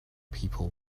people